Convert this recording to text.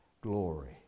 glory